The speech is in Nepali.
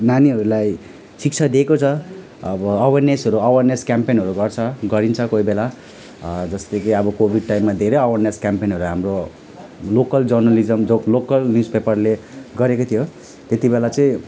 नानीहरूलाई शिक्षा दिएको छ अब अवेरनेसहरू अवेरनेस केम्पेनहरू गर्छ गरिन्छ कोही बेला जस्तो कि अब कोभिड टाइममा धेरै अवेरनेस केम्पेनहरू हाम्रो लोकल जर्नलिज्म जो लोकल न्युजपेपरले गरेको थियो त्यति बेला चाहिँ